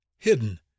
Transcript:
hidden